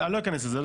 אני לא אכנס לזה,